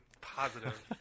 positive